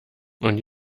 und